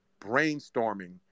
brainstorming